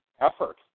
effort